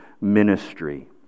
ministry